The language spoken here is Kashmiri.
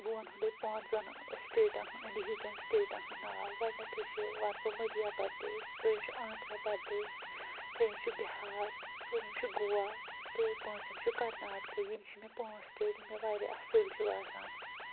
بہٕ وَن ہُنٛدُے پانٛژَن سٹیٹَن ہُنٛد اِنڈہِکٮ۪ن سٹیٹن ہُنٛد ناو گۄڈٕنٮ۪تھٕے چھِ وَن بہٕ مٔدہیاہ پردیش دوٚیِم چھُ آندھرا پردیش ترٛیٚیِم چھُ بِہار ژوٗرِم چھُ گوا تہٕ پوٗنٛژِم چھُ کرناٹکہٕ یِم چھِ مےٚ پانٛژھ سِٹیٹ یِم مےٚ واریاہ اَصٕل چھِ باسان